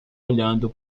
olhando